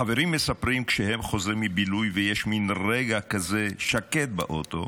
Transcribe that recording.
החברים מספרים שכשהם חוזרים מבילוי ויש מין רגע כזה שקט באוטו,